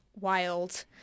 wild